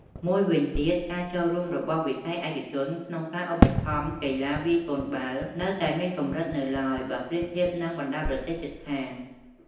មួយវិញទៀត ការចូលរួមរបស់វិស័យឯកជនក្នុងការឧបត្ថម្ភកីឡាវាយកូនបាល់នៅតែមានកម្រិតនៅឡើយ បើប្រៀបធៀបនឹងបណ្តាប្រទេសជិតខាង។